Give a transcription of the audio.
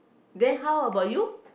then how about you